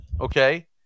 Okay